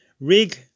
rig